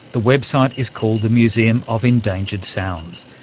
the website is called the museum of endangered sounds.